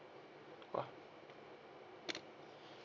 !wah!